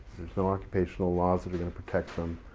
so occupational laws that are going to protect them.